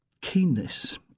keenness